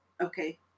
okay